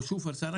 או שופרסל,